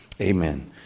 amen